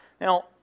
Now